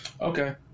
Okay